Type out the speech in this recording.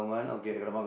okay